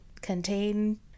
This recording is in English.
contain